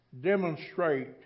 demonstrate